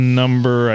number